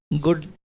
Good